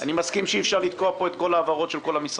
אני מסכים שאי אפשר לתקוע פה את כל ההעברות של כל המשרדים.